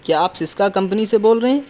کیا آپ سسکا کمپنی سے بول رہے ہیں